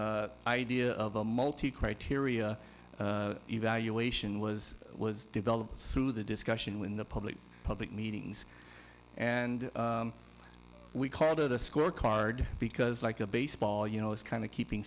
idea of a multi criteria evaluation was was developed through the discussion when the public public meetings and we called it a score card because like a baseball you know it's kind of keeping